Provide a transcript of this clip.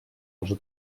els